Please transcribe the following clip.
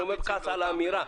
אני אומר בכעס על האמירה.